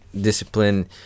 discipline